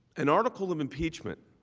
an article of impeachment